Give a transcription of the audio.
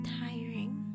tiring